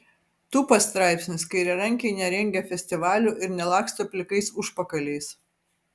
tūpas straipsnis kairiarankiai nerengia festivalių ir nelaksto plikais užpakaliais